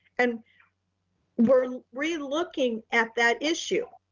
and we're really looking at that issue.